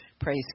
Praise